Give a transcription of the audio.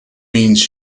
means